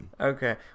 Okay